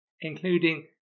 including